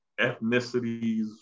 ethnicities